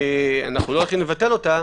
אנחנו לא הולכים לבטל אותה,